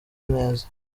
neza